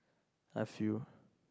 I feel